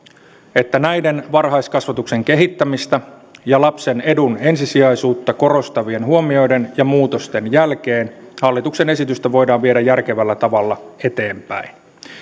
että näiden varhaiskasvatuksen kehittämistä ja lapsen edun ensisijaisuutta korostavien huomioiden ja muutosten jälkeen hallituksen esitystä voidaan viedä järkevällä tavalla eteenpäin